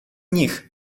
nich